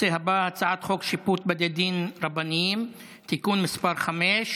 הצעת חוק שיפוט בתי דין רבניים (נישואין וגירושין) (תיקון מס' 5